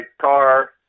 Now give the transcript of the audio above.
car